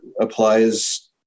applies